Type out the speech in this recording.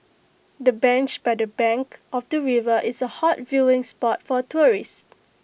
the bench by the bank of the river is A hot viewing spot for tourists